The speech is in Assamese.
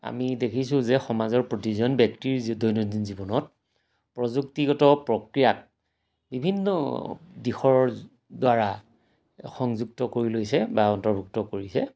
আমি দেখিছোঁ যে সমাজৰ প্ৰতিজন ব্যক্তিৰ দৈনন্দিন জীৱনত প্ৰযুক্তিগত প্ৰক্ৰিয়াক বিভিন্ন দিশৰ দ্বাৰা সংযুক্ত কৰি লৈছে বা অন্তৰ্ভুক্ত কৰিছে